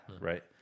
right